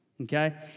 Okay